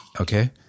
Okay